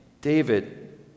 david